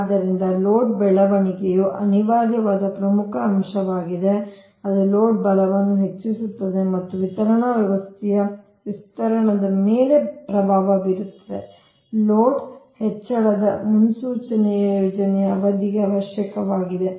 ಆದ್ದರಿಂದ ಲೋಡ್ ಬೆಳವಣಿಗೆಯು ಅನಿವಾರ್ಯವಾದ ಪ್ರಮುಖ ಅಂಶವಾಗಿದೆ ಅದು ಲೋಡ್ ಬಲವನ್ನು ಹೆಚ್ಚಿಸುತ್ತದೆ ಮತ್ತು ವಿತರಣಾ ವ್ಯವಸ್ಥೆಯ ವಿಸ್ತರಣೆಯ ಮೇಲೆ ಪ್ರಭಾವ ಬೀರುತ್ತದೆ ಲೋಡ್ ಹೆಚ್ಚಳದ ಮುನ್ಸೂಚನೆಯು ಯೋಜನೆ ಅವಧಿಗೆ ಅವಶ್ಯಕವಾಗಿದೆ